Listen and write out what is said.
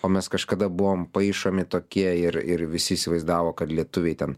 o mes kažkada buvome paišomi tokie ir ir visi įsivaizdavo kad lietuviai ten